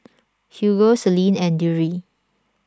Hugo Selene and Drury